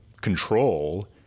control